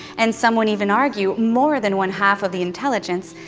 and some would even argue more than one-half of the intelligence,